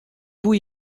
vous